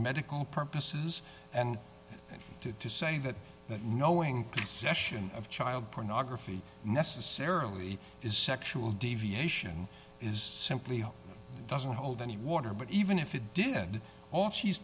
medical purposes and to to say that that knowing the session of child pornography necessarily is sexual deviation is simply doesn't hold any water but even if it did all she's